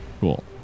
Cool